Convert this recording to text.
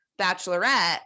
bachelorette